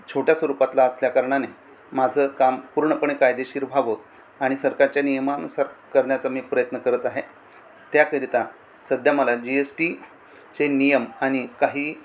छोट्या स्वरूपातला असल्याकारणाने माझं काम पूर्णपणे कायदेशीर व्हावं आणि सरकारच्या नियमानुसार करण्याचा मी प्रयत्न करत आहे त्याकरिता सध्या मला जी एस टी चे नियम आणि काही